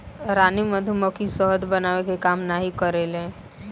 रानी मधुमक्खी शहद बनावे के काम नाही करेले